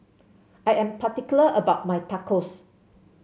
I am particular about my Tacos